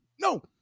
no